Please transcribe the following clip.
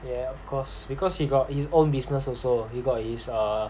yeah of course because he got his own business also he got his err